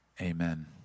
Amen